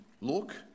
look